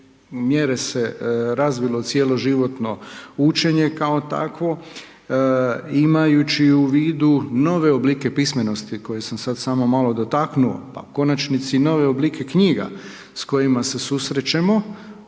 mjere se razvilo cjeloživotno učenje kao takvo, imajući u vidu nove oblike pismenosti koje sam sad samo malo dotaknuo pa u konačnici i nove oblike knjiga s kojima se susrećemo,